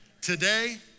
Today